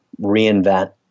reinvent